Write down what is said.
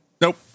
Nope